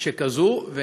כזאת?